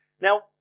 Now